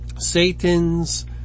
Satan's